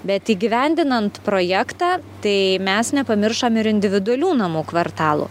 bet įgyvendinant projektą tai mes nepamiršom ir individualių namų kvartalų